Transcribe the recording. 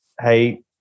Hey